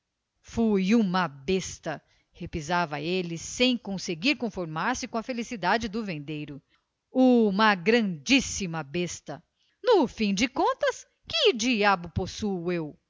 fui uma besta repisava ele sem conseguir conformar se com a felicidade do vendeiro uma grandíssima no fim de contas que diabo possuo eu